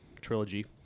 trilogy